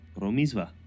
Romizva